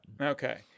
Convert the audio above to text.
Okay